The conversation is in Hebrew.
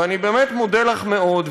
ואני באמת מודה לך מאוד,